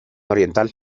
oriental